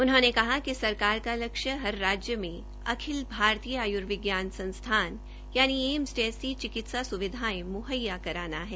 उन्होंने कहा कि सरकार का लक्ष्य हर राज्य में अखिल भारतीय आयूर्विज्ञान संस्थान एम्स जैसी चिकित्सा सुविधा मुहैया कराना है